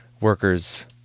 workers